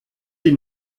sie